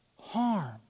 harm